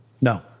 No